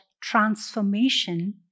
transformation